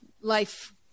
life